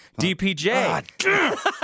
DPJ